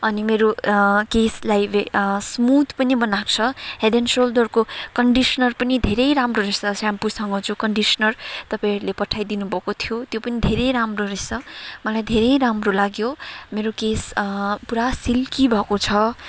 अनि मेरो केसलाई वे स्मुथ पनि बनाएको छ हेड एन्ड सोल्डरको कन्डिसनर पनि धेरै राम्रो रहेछ स्याम्पोसँग जो कन्डिसनर तपाईँहरूले पठाई दिनुभएको थियो त्यो पनि धेरै राम्रो रहेछ मलाई धेरै राम्रो लाग्यो मेरो केस पुरा सिल्की भएको छ